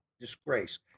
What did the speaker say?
disgrace